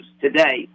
today